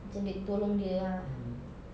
macam duit tolong dia ah